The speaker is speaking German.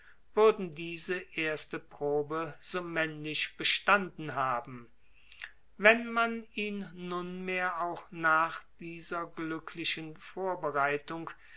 würden diese erste probe so männlich bestanden haben wenn man ihn nunmehr auch nach dieser glücklichen vorbereitung